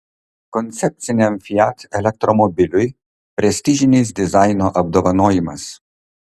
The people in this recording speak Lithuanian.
koncepciniam fiat elektromobiliui prestižinis dizaino apdovanojimas